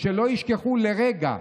שלא ישכחו לרגע,